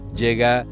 llega